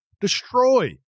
destroy